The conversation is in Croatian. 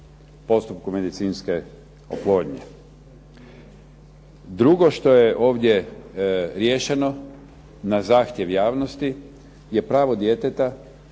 postupku medicinske oplodnje. Drugo što je ovdje riješeno, na zahtjev javnosti, je pravo djeteta